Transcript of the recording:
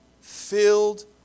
filled